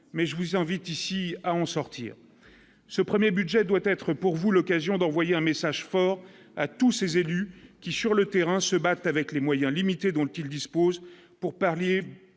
mais je vous invite ici à en sortir ce 1er budget doit être pour vous l'occasion d'envoyer un message fort à tous ces élus qui, sur le terrain se battent avec les moyens limités dont il dispose pour parler